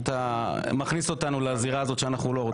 אתה מכניס אותנו לזירה הזאת שאנחנו לא רוצים.